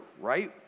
right